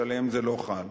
שעליהם זה לא חל.